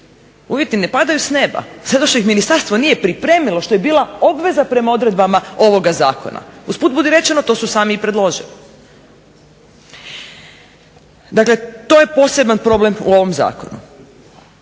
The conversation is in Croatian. Uvjeti ne padaju s neba zato što ih ministarstvo nije pripremilo što je bila obveza prema odredbama ovoga Zakona. Usput budi rečeno to su sami i predložili. Dakle, to je poseban problem u ovom Zakonu.